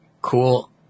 Cool